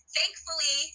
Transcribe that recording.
Thankfully